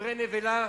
ודברי נבלה?